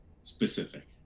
specific